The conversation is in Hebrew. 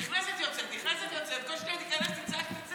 נכנסת, יוצאת, נכנסת, יוצאת.